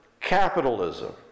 capitalism